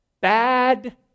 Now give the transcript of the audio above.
bad